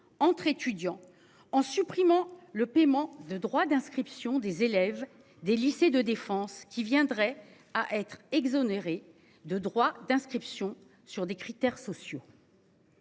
entre étudiants en supprimant le paiement de droits d'inscription des élèves des lycées de défense qui viendraient à être exonérés de droits d'inscription sur des critères sociaux.